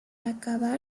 acabar